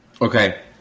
Okay